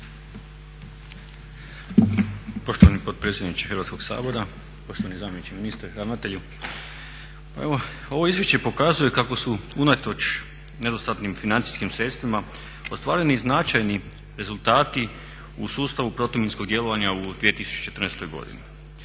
Poštovani potpredsjedniče Hrvatskoga sabora, poštovani zamjeniče ministra, ravnatelju. Pa evo ovo Izvješće pokazuje kako su unatoč nedostatnim financijskim sredstvima ostvareni značajni rezultati u sustavu protuminskog djelovanja u 2014. godini.